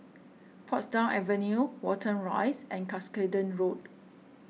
Portsdown Avenue Watten Rise and Cuscaden Road